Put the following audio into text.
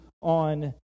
on